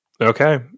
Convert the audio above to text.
Okay